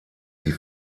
sie